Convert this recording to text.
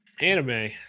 Anime